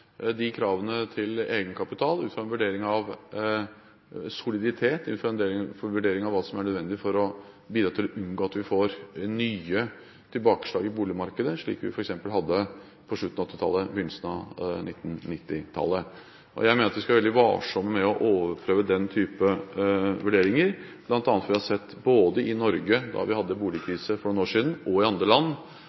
de kravene til egenkapital ut fra en vurdering av soliditet, ut fra en vurdering av hva som er nødvendig for å bidra til å unngå at vi får nye tilbakeslag i boligmarkedet, slik vi f.eks. hadde på slutten av 1980-tallet/begynnelsen av 1990-tallet. Jeg mener at vi skal være veldig varsomme med å overprøve den type vurderinger, bl.a. fordi vi har sett både i Norge, da vi hadde boligkrise for noen år siden, og i andre land